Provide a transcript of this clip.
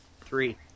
three